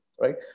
right